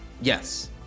Yes